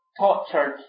tortured